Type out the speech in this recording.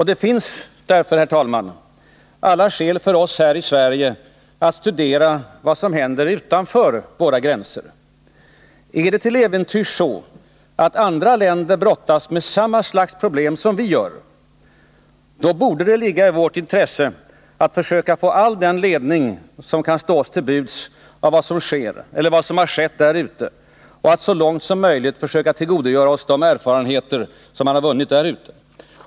Det finns därför, herr talman, alla skäl för oss här i Sverige att studera vad som händer utanför våra gränser. Är det till äventyrs så, att andra länder brottas med samma slags problem som vi gör? Då borde det ligga i vårt intresse att försöka få all den ledning som kan stå oss till buds av vad som sker eller vad som skett där ute och att så långt som möjligt försöka tillgodogöra oss de erfarenheter som man vunnit.